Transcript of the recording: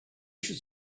should